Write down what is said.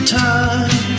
time